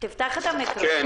שיש עוד כאלה.